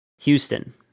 houston